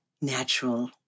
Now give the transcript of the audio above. natural